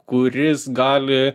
kuris gali